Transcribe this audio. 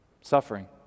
Suffering